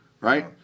right